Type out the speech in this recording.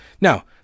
Now